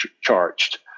charged